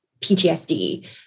PTSD